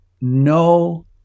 no